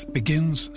begins